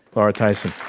laura tyson.